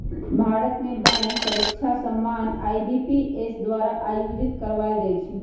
भारत में बैंक परीकछा सामान्य आई.बी.पी.एस द्वारा आयोजित करवायल जाइ छइ